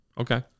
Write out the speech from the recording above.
Okay